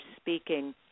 speaking